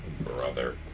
Brother